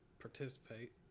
participate